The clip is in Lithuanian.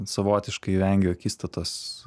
savotiškai vengiu akistatos